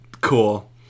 cool